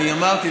אני אמרתי.